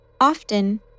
Often